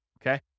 okay